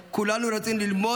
כולנו רצינו ללמוד כמוהו,